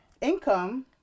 income